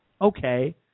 okay